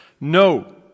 No